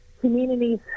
communities